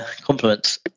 compliments